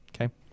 Okay